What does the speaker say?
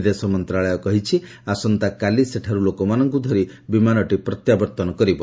ବିଦେଶ ମନ୍ତ୍ରଣାଳୟ କହିଛି ଆସନ୍ତାକାଲି ସେଠାରୁ ଲୋକମାନଙ୍କୁ ଧରି ବିମାନଟି ପ୍ରତ୍ୟାବର୍ତ୍ତନ କରିବ